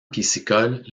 piscicole